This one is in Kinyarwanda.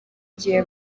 gihe